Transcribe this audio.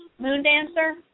Moondancer